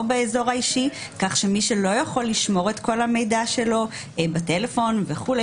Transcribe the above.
באזור האישי כך שמי שלא יכול לשמור את כל המידע שלו בטלפון וכולי